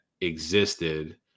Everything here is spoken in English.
existed